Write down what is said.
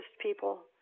people